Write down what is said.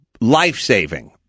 life-saving